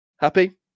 Happy